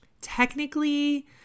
technically